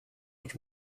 but